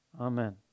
amen